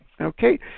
okay